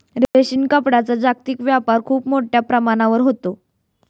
रेशीम कापडाचा जागतिक व्यापार खूप मोठ्या प्रमाणावर होतो